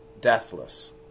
deathless